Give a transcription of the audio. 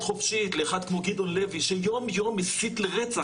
חופשית לאחד כמו גדעון לוי שיום יום מסית לרצח,